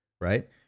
right